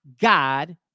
God